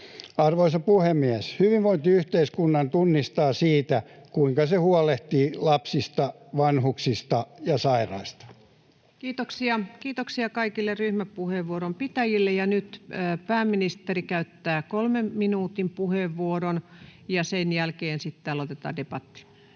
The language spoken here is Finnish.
Arvoisa puhemies! Hyvinvointiyhteiskunnan tunnistaa siitä, kuinka se huolehtii lapsista, vanhuksista ja sairaista. Kiitoksia. — Kiitoksia kaikille ryhmäpuheenvuoron pitäjille. Nyt pääministeri käyttää kolmen minuutin puheenvuoron, ja sen jälkeen täällä otetaan debatti.